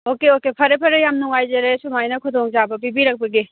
okay okay ꯐꯔꯦ ꯐꯔꯦ ꯌꯥꯝ ꯅꯨꯉꯥꯏꯖꯔꯦ ꯁꯨꯃꯥꯏꯅ ꯈꯨꯗꯣꯡꯆꯥꯕ ꯄꯤꯕꯤꯔꯛꯄꯒꯤ